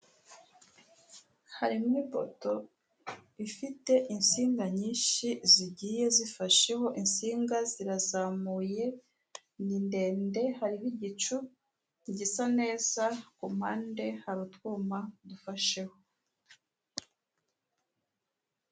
Harimo ipoto ifite insinga nyinshi zigiye zifasheho insinga zirazamuye ni ndende hariho igicu, gisa neza ku mpande hari utwuma dufasheho.